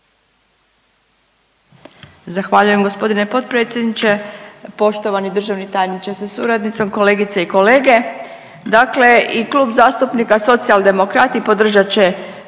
Zahvaljujem gospodine potpredsjedniče. Poštovani državni tajniče sa suradnicom, kolegice i kolege, dakle i Klub zastupnika Socijaldemokrati podržat će